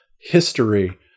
history